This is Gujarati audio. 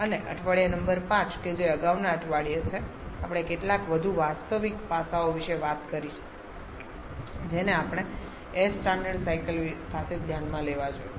અને અઠવાડિયા નંબર 5 કે જે અગાઉના અઠવાડિયે છે આપણે કેટલાક વધુ વાસ્તવિક પાસાઓ વિશે વાત કરી છે જેને આપણે એઇર સ્ટાન્ડર્ડ સાયકલ સાથે ધ્યાનમાં લેવા જોઈએ